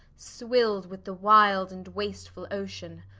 swill'd with the wild and wastfull ocean.